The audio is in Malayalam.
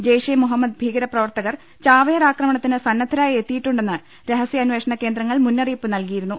ജെയ്ഷെ മുഹമ്മദ് ഭീകരപ്രവർത്തകർ ചാവേർ ആക്ര മണത്തിന് സന്നദ്ധരായി എത്തിയിട്ടു ണ്ടെന്ന് രഹസ്യാന്വേഷണ കേന്ദ്രങ്ങൾ മുന്നറിയിപ്പ് നൽകിയിരുന്നു